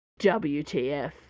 WTF